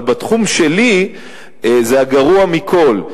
אבל בתחום שלי זה הגרוע מכול,